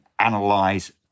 analyze